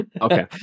okay